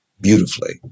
beautifully